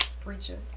preacher